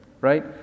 right